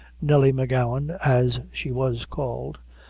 nelly m'gowan, as she was called,